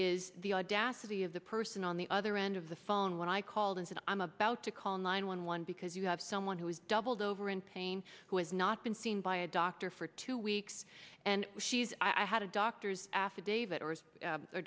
is the audacity of the person on the other end of the phone when i called and said i'm about to call nine one one because you have someone who is doubled over in pain who has not been seen by a doctor for two weeks and she's i had a doctor's affidavit or